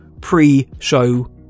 pre-show